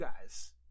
guys